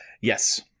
Yes